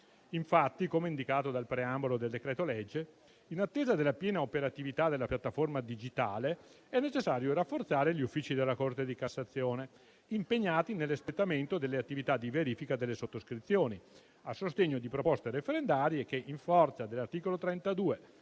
Infatti, come indicato dal preambolo del decreto-legge, in attesa della piena operatività della piattaforma digitale, è necessario rafforzare gli Uffici della Corte di cassazione impegnati nell'espletamento delle attività di verifica delle sottoscrizioni a sostegno di proposte referendarie che, in forza dell'articolo 32